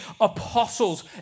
apostles